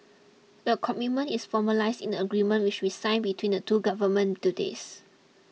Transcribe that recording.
the commitment is formalised in the agreement which we signed between the two governments today's